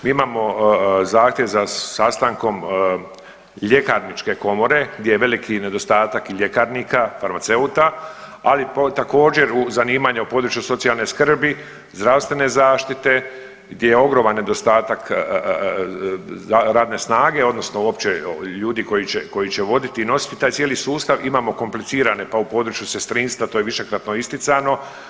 Mi imao zahtjev za sastankom Ljekarničke komore gdje je veliki nedostatak i ljekarnika, farmaceuta, ali također zanimanja u području socijalne skrbi, zdravstvene zaštite gdje je ogroman nedostatak radne snage odnosno uopće ljudi koji će, koji će voditi i nositi taj cijeli sustav, imamo komplicirane pa u području sestrinstva to je višekratno isticano.